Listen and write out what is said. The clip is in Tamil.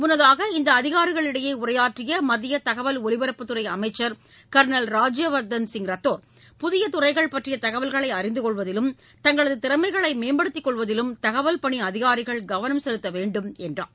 முன்னதாக இந்த அதிகாரிகளிடையே உரையாற்றிய மத்திய தகவல் ஒலிபரப்புத் துறை அமைச்சர் கர்னல் ராஜ்யவர்தன் ரத்தோர் புதிய துறைகள் பற்றிய தகவல்களை அறிந்து கொள்வதிலும் தங்களது திறமைகளை மேம்படுத்திக் கொள்வதிலும் தகவல் பணி அதிகாரிகள் கவனம் செலுத்த வேண்டும் என்றார்